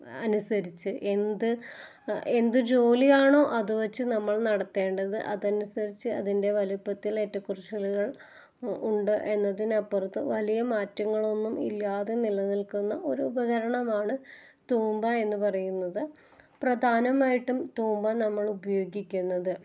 അനുസരിച്ച് എന്ത് എന്ത് ജോലിയാണോ അത് വച്ച് നമ്മൾ നടത്തേണ്ടത് അതനുസരിച്ച് അതിൻ്റെ വലുപ്പത്തിൽ ഏറ്റകുറച്ചിലുകൾ ഉണ്ട് എന്നതിനപ്പുറത്ത് വലിയ മാറ്റങ്ങളൊന്നും ഇല്ലാതെ നില നിൽക്കുന്ന ഒരുപകരണമാണ് തൂമ്പ എന്ന് പറയുന്നത് പ്രധാനമായിട്ടും തൂമ്പ നമ്മളുപയോഗിക്കുന്നത്